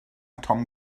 tom